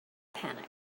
panic